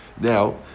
Now